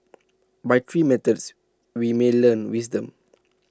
by three methods we may learn wisdom